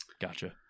Gotcha